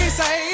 say